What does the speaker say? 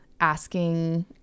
Asking